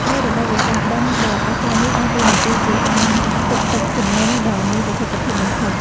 នៅរដូវវស្សា បឹងដ៏អស្ចារ្យនេះដើរតួនាទីជាអាងទប់ទឹកជំនន់ដ៏មានប្រសិទ្ធភាពបំផុត។